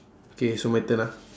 okay so my turn ah